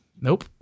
Nope